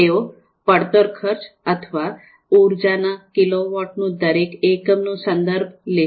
તેઓ પડતર ખર્ચ અથવા ઉર્જા ના કિલોવોટ નું દરેક એકમ નું સંદર્ભ લેશે